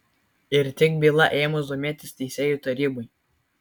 ir tik byla ėmus domėtis teisėjų tarybai